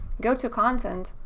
go to content